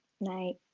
Night